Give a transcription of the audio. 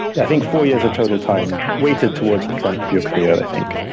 i think four years of total time weighted towards the front of your career, i think.